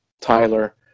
Tyler